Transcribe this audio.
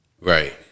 Right